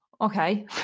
Okay